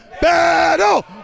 Battle